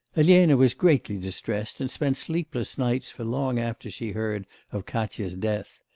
elena was greatly distressed, and spent sleepless nights for long after she heard of katya's death.